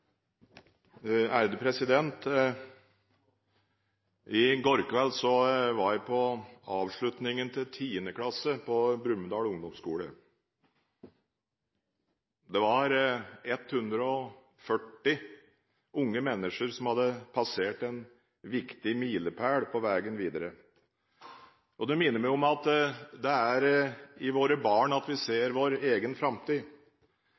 I går kveld var jeg på avslutningen til 10. klasse på Brumunddal ungdomsskole. Det var 140 unge mennesker som hadde passert en viktig milepæl på veien videre. Det minner meg om at det er i våre barn at vi ser vår egen framtid,